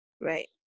Right